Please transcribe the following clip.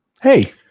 Hey